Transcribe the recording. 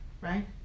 right